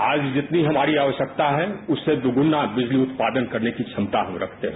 आज जितनी हमारी आवश्यकता है उससे दोगुना बिजली उत्पादन करने की क्षमता हम रखते हैं